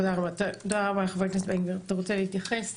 תרצה להתייחס?